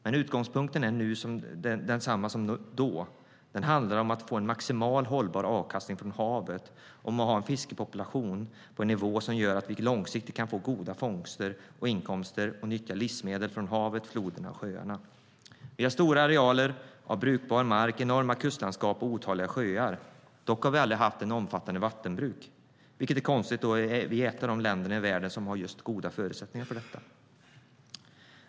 Men utgångspunkten är densamma nu som då, och den handlar om att få en maximal hållbar avkastning från havet och om att ha en fiskepopulation på en nivå som gör att vi långsiktigt kan få goda fångster och inkomster och nyttja livsmedel från havet, floderna och sjöarna. Vi har stora arealer av brukbar mark, enorma kustlandskap och otaliga sjöar. Dock har vi aldrig haft ett omfattande vattenbruk, vilket är konstigt då vi är ett av de länder i världen som har goda förutsättningar för detta.